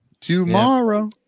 Tomorrow